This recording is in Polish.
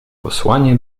posłanie